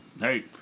Hey